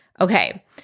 Okay